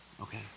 okay